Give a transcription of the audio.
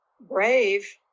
brave